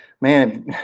man